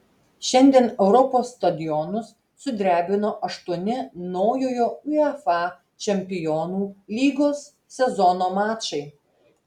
šiandien europos stadionus sudrebino aštuoni naujojo uefa čempionų lygos sezono mačai